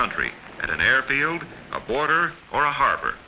country at an airfield a border or a harbor